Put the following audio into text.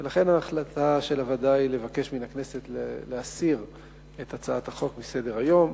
לכן ההחלטה של הוועדה היא לבקש מהכנסת להסיר את הצעת החוק מסדר-היום,